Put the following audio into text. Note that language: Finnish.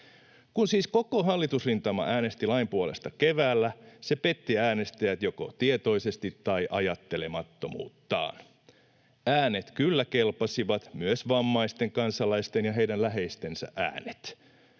Kun siis koko hallitusrintama äänesti lain puolesta keväällä, se petti äänestäjät joko tietoisesti tai ajattelemattomuuttaan. Äänet kyllä kelpasivat, myös vammaisten kansalaisten ja heidän läheistensä äänet.